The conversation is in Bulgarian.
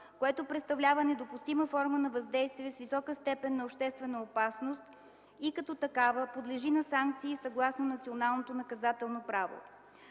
което представлява недопустима форма на въздействие с висока степен на обществена опасност и като такава подлежи на санкции съгласно националното наказателно право.